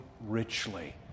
richly